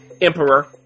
emperor